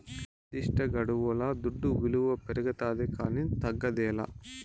నిర్దిష్టగడువుల దుడ్డు విలువ పెరగతాదే కానీ తగ్గదేలా